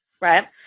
right